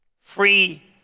Free